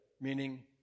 meaning